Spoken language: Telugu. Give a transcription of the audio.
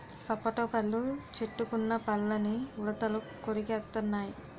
సపోటా పళ్ళు చెట్టుకున్న పళ్ళని ఉడతలు కొరికెత్తెన్నయి